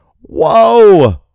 Whoa